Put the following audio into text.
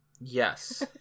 Yes